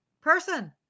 person